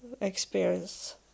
experience